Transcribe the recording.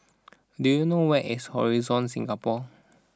do you know where is Horizon Singapore